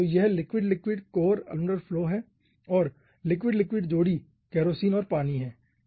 तो यह liquid liquid core annular flow है और लिक्विड लिक्विड जोड़ी केरोसिन और पानी है